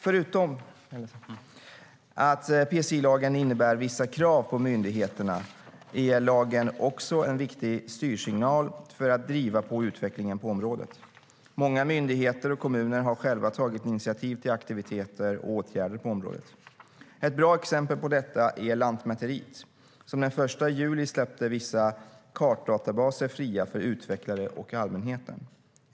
Förutom att PSI-lagen innebär vissa krav på myndigheterna är lagen också en viktig styrsignal för att driva på utvecklingen på området. Många myndigheter och kommuner har själva tagit initiativ till aktiviteter och åtgärder på området. Ett bra exempel på detta är Lantmäteriet, som den 1 juli släppte vissa kartdatabaser fria för utvecklare och allmänheten.